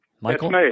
Michael